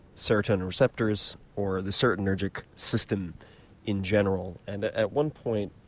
serotonin receptors or the serotonergic system in general. and at one point